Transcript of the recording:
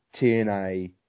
TNA